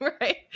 Right